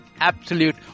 absolute